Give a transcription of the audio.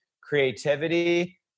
creativity